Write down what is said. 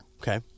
Okay